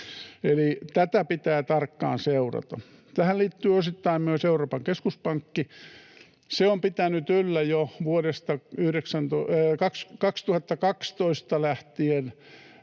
tätä pitää tarkkaan seurata. Tähän liittyy osittain myös Euroopan keskuspankki. Se on pitänyt yllä jo vuodesta 2012 lähtien